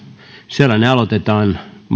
sellainen aloitetaan arvoisa puhemies hieman